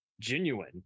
genuine